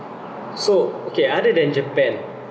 so okay other than japan